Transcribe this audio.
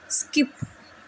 skip